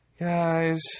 Guys